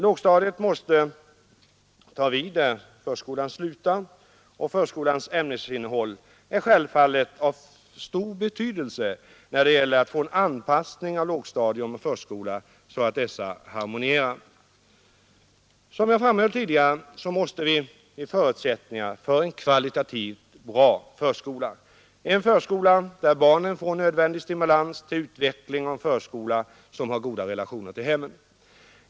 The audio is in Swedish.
Lågstadiet måste ta vid där förskolan slutar, och förskolans ämnesinnehåll är självfallet av stor betydelse när det gäller att få en anpassning av lågstadium och förskola, så att dessa harmonierar. Som jag framhöll tidigare måste vi ge förutsättningar för en kvalitativt bra förskola — en förskola där barnen får nödvändig stimulans till utveckling och en förskola som har goda relationer till hemmen.